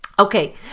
Okay